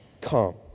Come